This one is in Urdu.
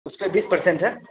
اس پہ بیس پرسنٹ ہے